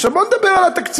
עכשיו, בואו נדבר על התקציב.